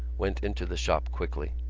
went into the shop quickly.